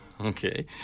okay